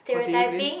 continue please